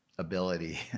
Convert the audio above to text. Ability